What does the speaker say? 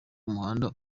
umuhanda